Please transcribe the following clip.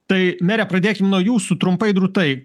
tai mere pradėkim nuo jūsų trumpai drūtai